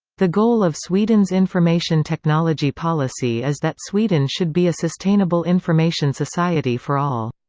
the goal of sweden's information technology policy is that sweden should be a sustainable information society for all.